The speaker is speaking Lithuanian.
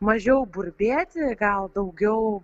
mažiau burbėti gal daugiau